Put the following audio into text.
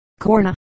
Korna